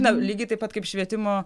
na lygiai taip pat kaip švietimo